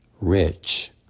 rich